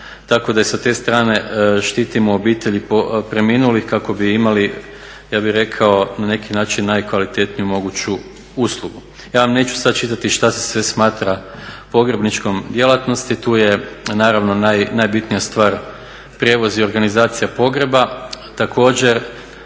Tako da i sa te strane štitimo obitelji preminulih kako bi imali ja bih rekao na neki način najkvalitetniju moguću uslugu. Ja vam neću sad čitati što se sve smatra pogrebničkom djelatnosti, tu je naravno najbitnija stvar prijevoz i organizacija pogreba. Također,